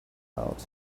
out